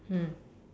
mm